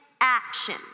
action